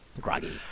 Groggy